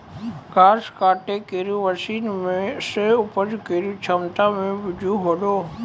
घास काटै केरो मसीन सें उपज केरो क्षमता में बृद्धि हौलै